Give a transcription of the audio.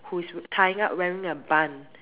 who's tying up wearing a bun